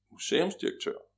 Museumsdirektør